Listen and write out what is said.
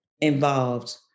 involved